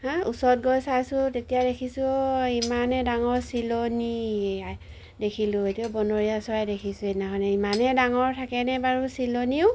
হা ওচৰত গৈ চাইছোঁ তেতিয়া দেখিছোঁ ইমানে ডাঙৰ চিলনি দেখিলোঁ এইটো বনৰীয়া চৰাই দেখিছোঁ সেই দিনাখনে ইমানে ডাঙৰ থাকেনে বাৰু চিলনিও